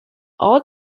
all